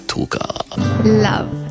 Love